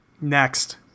Next